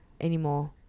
Anymore